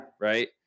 right